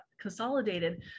consolidated